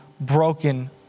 broken